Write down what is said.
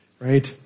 right